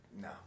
no